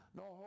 no